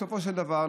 בסופו של דבר,